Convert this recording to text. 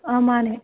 ꯑꯥ ꯃꯥꯟꯅꯦ